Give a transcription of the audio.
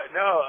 no